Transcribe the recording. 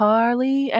Carly